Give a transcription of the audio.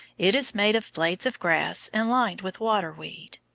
it is made of blades of grass and lined with water-weed.